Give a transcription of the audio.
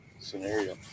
scenario